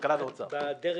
הכלכלה, האוצר והתחבורה.